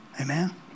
Amen